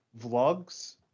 vlogs